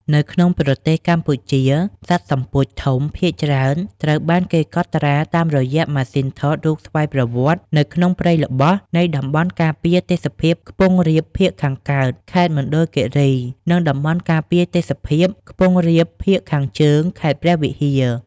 នៅក្នុងប្រទេសកម្ពុជា សត្វសំពោចធំ ភាគច្រើនត្រូវបានគេកត់ត្រាតាមរយៈម៉ាស៊ីនថតរូបស្វ័យប្រវត្តនៅក្នុងព្រៃល្បោះនៃតំបន់ការពារទេសភាពខ្ពង់រាបភាគខាងកើត ខេត្តមណ្ឌលគិរី និងតំបន់ការពារទេសភាពខ្ពង់រាបភាគខាងជើង ខេត្តព្រះវិហារ។